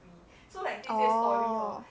orh